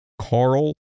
Carl